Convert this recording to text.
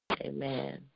Amen